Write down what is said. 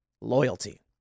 Loyalty